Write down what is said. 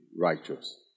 righteous